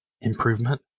improvement